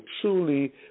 truly